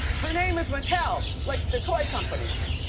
her name is meital, like the toy company.